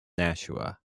nashua